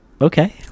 okay